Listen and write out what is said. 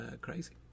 crazy